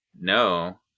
No